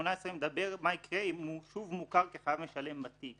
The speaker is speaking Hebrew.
69ב18 אומר מה יקרה אם הוא שוב מוכר כחייב משלם בתיק